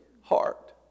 heart